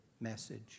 message